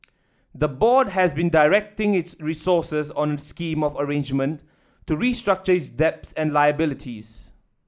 the board has been directing its resources on a scheme of arrangement to restructure its debts and liabilities